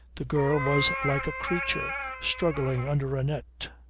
the girl was like a creature struggling under a net.